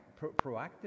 proactive